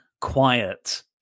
quiet